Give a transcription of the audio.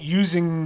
using